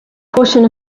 portion